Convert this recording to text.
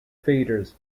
feeders